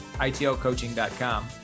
itlcoaching.com